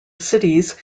cities